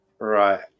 Right